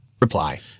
Reply